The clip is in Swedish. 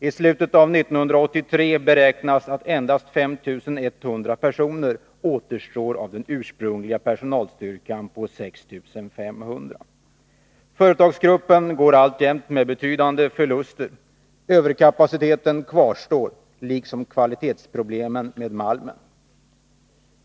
I slutet av 1983 beräknas endast 5 100 personer återstå av den ursprungliga personalstyrkan på 6 500. Företagsgruppen går alltjämt med betydande förluster. Överkapaciteten kvarstår, liksom kvalitetsproblemen med malmen.